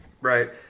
Right